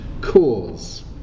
cause